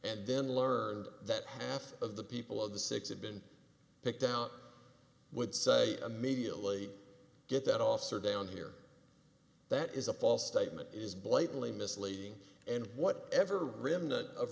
and then learned that half of the people of the six had been picked out would say immediately get that officer down here that is a false statement is blatantly misleading and what ever